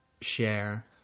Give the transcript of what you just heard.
share